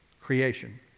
Creation